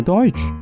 Deutsch